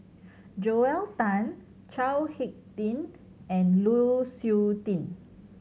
Joel Tan Chao Hick Tin and Lu Suitin